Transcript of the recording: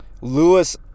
Lewis